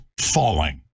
falling